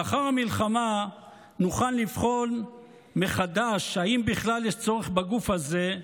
לאחר המלחמה נוכל לבחון מחדש אם בכלל יש צורך בגוף הזה,